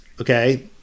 Okay